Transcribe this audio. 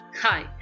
Hi